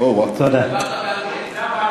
דיברת באנגלית.